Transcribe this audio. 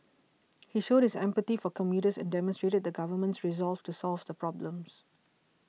he showed his empathy for commuters and demonstrated the government's resolve to solve the problems